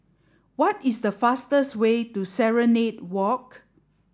what is the fastest way to Serenade Walk